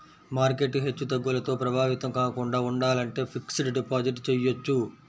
market హెచ్చుతగ్గులతో ప్రభావితం కాకుండా ఉండాలంటే ఫిక్స్డ్ డిపాజిట్ చెయ్యొచ్చు